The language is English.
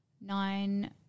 nine